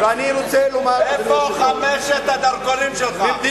ואני רוצה לומר, איפה חמשת הדרכונים שלך?